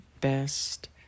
best